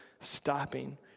stopping